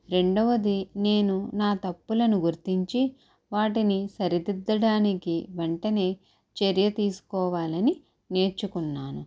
రెండవది నేను నా తప్పులను గుర్తించి వాటిని సరిదిద్దడానికి వెంటనే చర్య తీసుకోవాలని నేర్చుకున్నాను